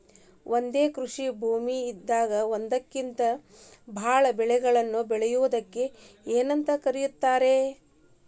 ಒಂದೇ ಕೃಷಿ ಭೂಮಿದಾಗ ಒಂದಕ್ಕಿಂತ ಭಾಳ ಬೆಳೆಗಳನ್ನ ಬೆಳೆಯುವುದಕ್ಕ ಏನಂತ ಕರಿತಾರೇ?